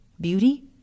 beauty